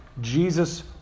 Jesus